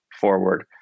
forward